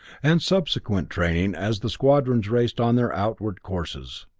and subsequent training as the squadrons raced on their outward courses.